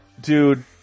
Dude